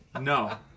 No